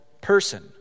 person